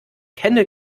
kenne